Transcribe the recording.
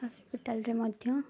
ହସ୍ପିଟାଲରେ ମଧ୍ୟ